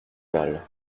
mal